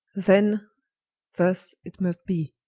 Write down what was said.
then thus it must be,